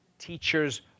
teachers